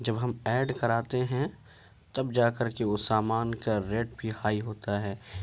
جب ہم ایڈ کراتے ہیں تب جا کر کے وہ سامان کا ریٹ بھی ہائی ہوتا ہے